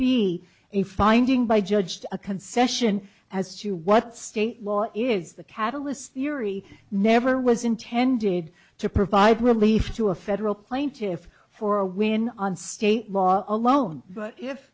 a finding by judge to a concession as to what state law is the catalyst theory never was intended to provide relief to a federal claim tiff for a win on state law alone but if